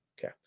Okay